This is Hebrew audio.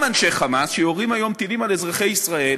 אנשי "חמאס" שיורים היום טילים על אזרחי ישראל,